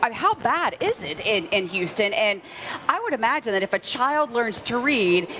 um how bad is it in and houston and i would imagine that if a child learns to read,